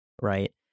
right